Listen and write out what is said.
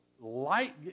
Light